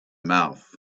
mouth